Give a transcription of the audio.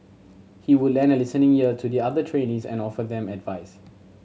he would lend a listening ear to the other trainees and offer them advice